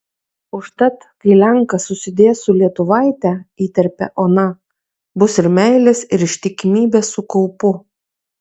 užtat kai lenkas susidės su lietuvaite įterpia ona bus ir meilės ir ištikimybės su kaupu